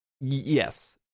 Yes